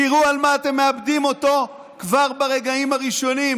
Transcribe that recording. תראו על מה אתם מאבדים אותו כבר ברגעים הראשונים,